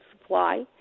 supply